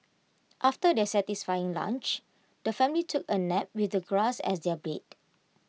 after their satisfying lunch the family took A nap with the grass as their bed